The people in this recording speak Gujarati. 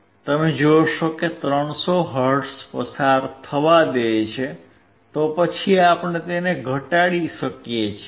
તમે જોશો કે 300 હર્ટ્ઝ પસાર થવા દે છે તો પછી આપણે તેને ઘટાડી શકીએ છીએ